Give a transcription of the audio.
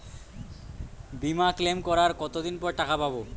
বিমা ক্লেম করার কতদিন পর টাকা পাব?